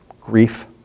grief